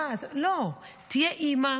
לא, תהיה אימא